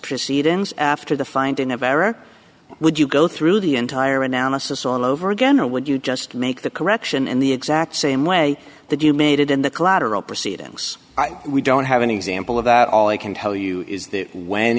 proceedings after the finding of error would you go through the entire analysis all over again or would you just make the correction in the exact same way that you made it in the collateral proceedings we don't have an example of that all i can tell you